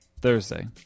Thursday